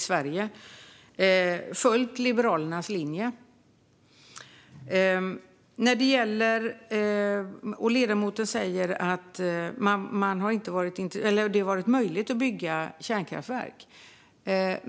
Sverige numera. Parti efter parti har följt Liberalernas linje. Ledamoten säger att det har varit möjligt att bygga kärnkraftverk.